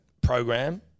Program